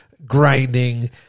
Grinding